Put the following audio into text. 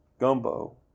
gumbo